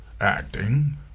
acting